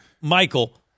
Michael